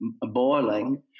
boiling